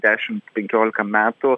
dešimt penkiolika metų